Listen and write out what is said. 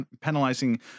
penalizing